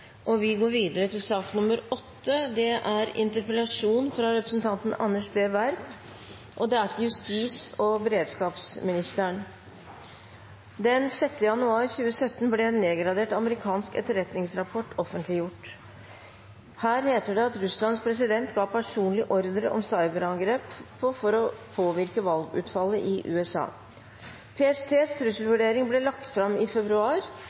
har vi imidlertid fått stadige og urovekkende påminnelser om at russiske interesser kan ha grepet inn i det amerikanske presidentvalget. Den 6. januar i år ble en nedgradert amerikansk etterretningsrapport offentliggjort. Her heter det at Russlands president ga personlig ordre om cyberangrep for å påvirke valgutfallet i USA